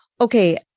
Okay